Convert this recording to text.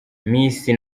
misi